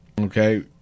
okay